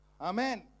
Amen